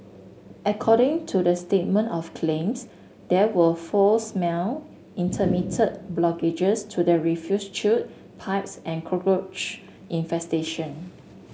according to the statement of claims there were foul smell intermittent blockages to the refuse chute pipes and cockroach infestation